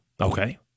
okay